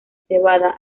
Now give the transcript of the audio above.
cebada